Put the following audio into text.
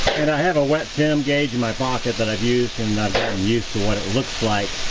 and i have a wet tim gage in my pocket that i've used and used to what it looks like